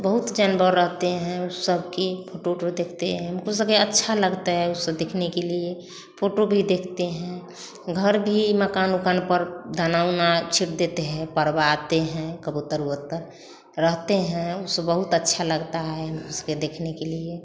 बहुत जानवर रहते हैं उस सब की फोटो ओटो देखते हैं उनको ये सब अच्छा लगता है वह सब दिखने के लिए फोटो भी देखते हैं घर भी मकान उकान पर दाना उना छींट देते हैं परवा आते हैं कबूतर अबूतर रहते हैं वह सब बहुत अच्छा लगता है उसके देखने के लिए